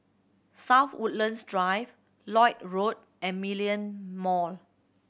South Woodlands Drive Lloyd Road and Million Mall